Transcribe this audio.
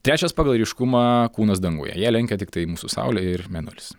trečias pagal ryškumą kūnas danguje ją lenkia tiktai mūsų saulė ir mėnulis